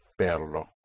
Perlo